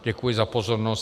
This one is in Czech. Děkuji za pozornost.